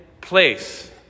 place